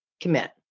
commit